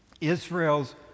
Israel's